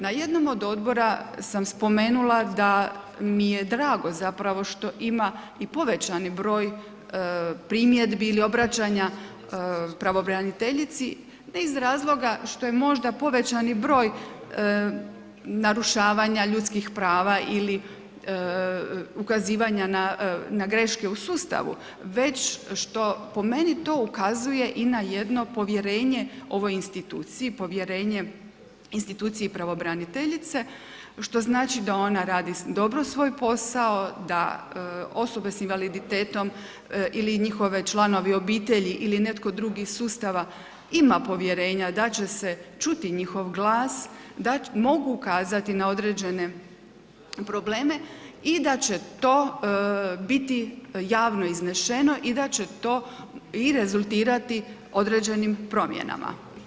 Na jednom od odbora sam spomenula da mi je drago što ima i povećani broj primjedbi ili obraćanja pravobraniteljici, ne iz razloga što je možda povećani broj narušavanja ljudskih prava ili ukazivanja na greške u sustavu, već što po meni to ukazuje i na jedno povjerenje ovoj instituciji, povjerenje instituciji pravobraniteljice što znači da ona radi dobro svoj posao, da osobe s invaliditetom ili njihovi članovi obitelji ili netko drugi iz sustava ima povjerenja da će se čuti njihov glas, da mogu ukazati na određene probleme i da će to biti javno iznešeno i da će to i rezultirati određenim promjenama.